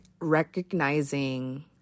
recognizing